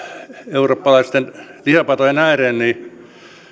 eurooppalaisten lihapatojen ääreen